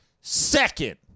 second